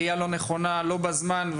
עלייה למכונה לא בזמן,